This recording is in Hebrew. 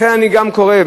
לכן אני גם קורא,